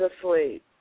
asleep